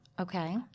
Okay